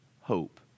hope